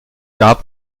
gab